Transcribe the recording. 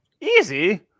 Easy